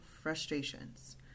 frustrations